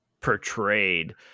portrayed